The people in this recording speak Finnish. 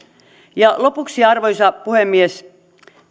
lopuksi arvoisa puhemies